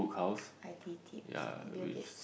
i_t tips from Bill-Gates